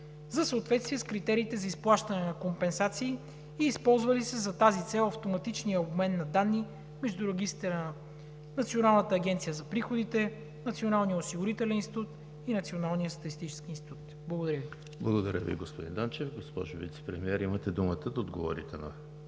за съответствие с критериите за изплащане на компенсации и използва ли се за тази цел автоматичният обмен на данни между регистъра на Националната агенция за приходите, Националния осигурителен институт и Националния статистически институт? Благодаря Ви. ПРЕДСЕДАТЕЛ ЕМИЛ ХРИСТОВ: Благодаря Ви, господин Данчев. Госпожо Вицепремиер, имате думата да отговорите на